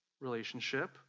relationship